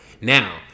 Now